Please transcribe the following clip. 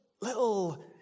little